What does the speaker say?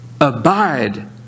abide